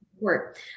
court